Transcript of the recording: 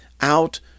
out